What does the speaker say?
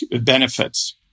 benefits